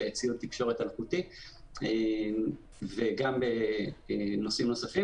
ציוד תקשורת אלחוטית וגם בנושאים נוספים.